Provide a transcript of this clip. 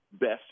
best